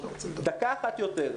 דקה אחת יותר.